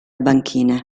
banchine